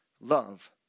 Love